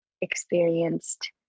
experienced